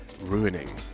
ruining